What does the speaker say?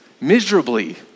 miserably